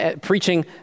preaching